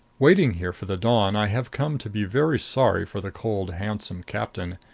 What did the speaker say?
waiting here for the dawn, i have come to be very sorry for the cold handsome captain.